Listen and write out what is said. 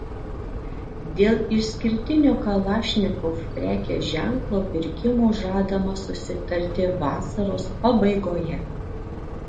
dėl išskirtinio kalašnikov prekės ženklo pirkimo žadama susitarti vasaros pabaigoje